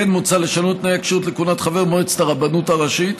כמו כן מוצע לשנות את תנאי הכשירות לכהונת חבר מועצת הרבנות הראשית